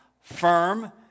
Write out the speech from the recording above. firm